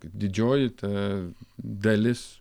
didžioji ta dalis